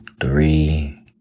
three